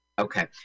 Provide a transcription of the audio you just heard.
okay